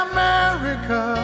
America